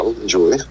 Enjoy